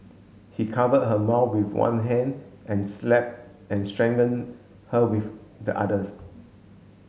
he covered her mouth with one hand and slapped and strangled her with the others